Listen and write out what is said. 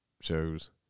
shows